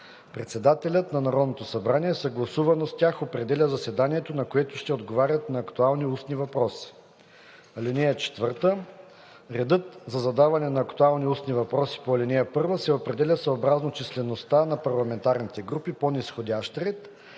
председателят на Народното събрание, съгласувано с тях определя заседанието, на което ще отговарят на актуални устни въпроси. (4) Редът за задаване на актуални устни въпроси по ал. 1 се определя съобразно числеността на парламентарните групи по низходящ ред,